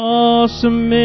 awesome